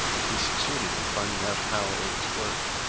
and he succeeded in finding out how it was worked.